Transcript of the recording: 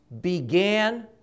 began